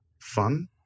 fun